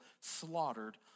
slaughtered